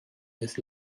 his